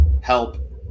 Help